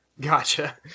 gotcha